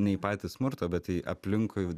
nei į patį smurtą bet į aplinkui